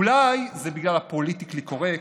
אולי זה בגלל הפוליטיקלי קורקט,